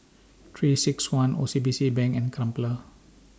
three six one O C B C Bank and Crumpler